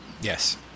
Yes